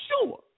sure